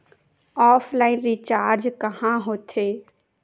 Offline recharge कहां होथे?